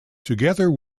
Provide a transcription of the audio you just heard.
together